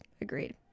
Agreed